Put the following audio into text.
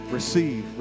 Receive